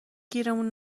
گیرمون